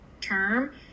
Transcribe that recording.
term